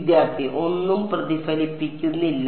വിദ്യാർത്ഥി ഒന്നും പ്രതിഫലിപ്പിക്കുന്നില്ല